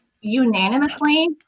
unanimously